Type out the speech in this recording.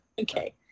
okay